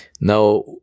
now